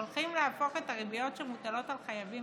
הולכים להפוך את הריביות שמוטלות על חייבים